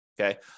Okay